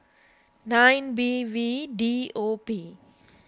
nine B V D O P